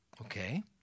Okay